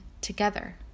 together